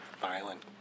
violent